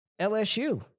LSU